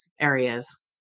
areas